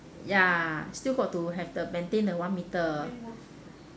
ya still got to have the maintain a one metre